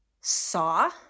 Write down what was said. saw